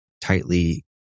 tightly